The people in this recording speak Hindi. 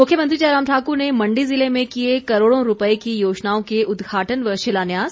मुख्यमंत्री जयराम ठाक्र ने मंडी ज़िले में किए करोड़ों रुपये की योजनाओं के उदघाटन व शिलान्यास